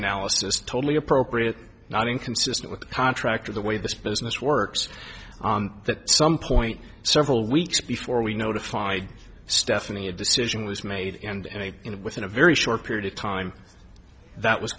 analysis totally appropriate not inconsistent with the contract or the way this business works on that some point several weeks before we notified stephanie a decision was made and within a very short period of time that was